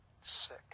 Sick